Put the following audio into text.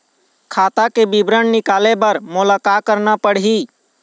खाता के विवरण निकाले बर मोला का करना पड़ही?